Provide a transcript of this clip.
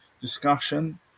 discussion